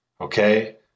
Okay